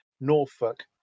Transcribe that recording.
Norfolk